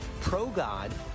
pro-God